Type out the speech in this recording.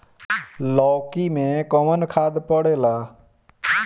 लौकी में कौन खाद पड़ेला?